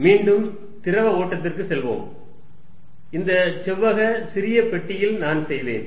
மீண்டும் திரவ ஓட்டத்திற்கு செல்வோம் இந்த செவ்வக சிறிய பெட்டியில் நான் செய்வேன்